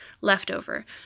leftover